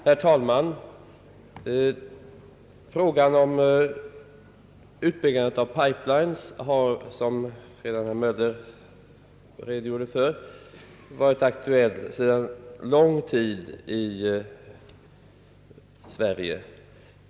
Herr talman! Frågan om byggande av pipe-lines har, som herr Möller redan redogjort för, varit aktuell sedan lång tid i Sverige.